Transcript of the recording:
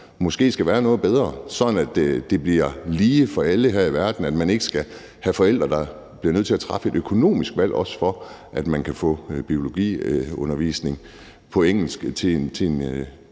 måske skal være noget bedre, sådan at det bliver lige for alle, og sådan at man ikke oplever forældre, der bliver nødt til at træffe et økonomisk valg i forbindelse med at få biologiundervisning på engelsk, og